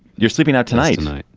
you're sleeping out tonight.